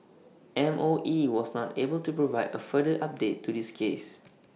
M O E was not able to provide A further update to this case